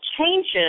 changes